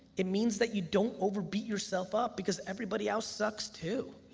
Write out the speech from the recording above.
it means that you don't over beat yourself up because everybody else sucks too.